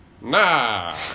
nah